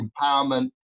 empowerment